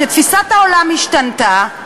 תפיסת העולם השתנתה,